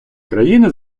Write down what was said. країни